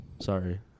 Sorry